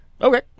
Okay